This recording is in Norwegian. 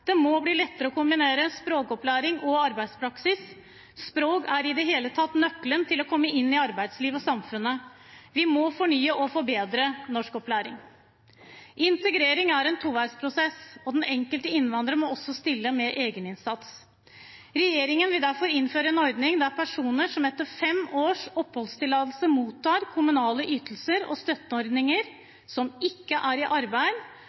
Det må bli lettere å kombinere språkopplæring og arbeidspraksis. Språk er i det hele tatt nøkkelen til å komme inn i arbeidslivet og samfunnet. Vi må fornye og forbedre norskopplæringen. Integrering er en toveisprosess, og den enkelte innvandrer må også stille med egeninnsats. Regjeringen vil derfor innføre en ordning der personer som etter fem års oppholdstillatelse mottar kommunale ytelser og støtteordninger, som ikke er i arbeid,